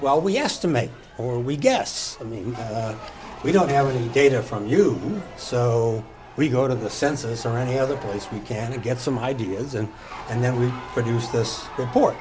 well we estimate or we guess i mean we don't have any data from you so we go to the census or any other place we can get some ideas and and then we produce this repor